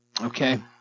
okay